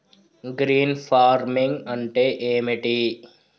Green farming అంటే ఏమిటి?